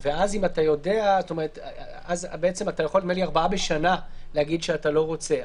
נדמה לי שאתה יכול עד 4 בשנה להגיד שאתה לא רוצה.